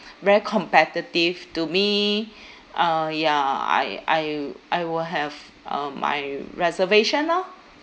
very competitive to me uh ya I I w~ I will have uh my reservation lor